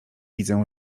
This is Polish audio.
widzę